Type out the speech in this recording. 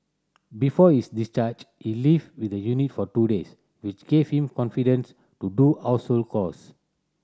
before his discharge he lived in the unit for two days which gave him confidence to do household chores